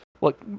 Look